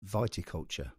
viticulture